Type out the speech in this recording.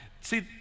See